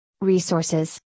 resources